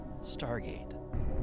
Stargate